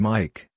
Mike